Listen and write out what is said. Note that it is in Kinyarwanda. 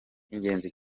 ingenzi